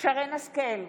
שרן מרים השכל,